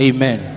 Amen